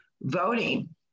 voting